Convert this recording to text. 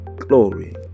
Glory